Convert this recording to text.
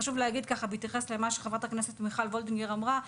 חשוב להגיד בהתייחס אל מה שחברת הכנסת מיכל וולדיגר אמרה,